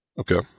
Okay